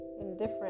indifferent